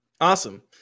Awesome